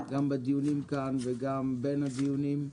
גם בדיונים כאן וגם בין הדיונים.